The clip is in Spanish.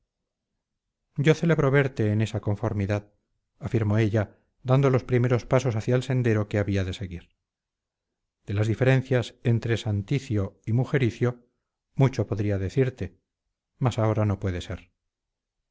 yo celebro verte en esa conformidad afirmó ella dando los primeros pasos hacia el sendero que había de seguir de las diferencias entre santicio y mujericio mucho podría decirte mas ahora no puede ser